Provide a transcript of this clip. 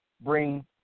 bring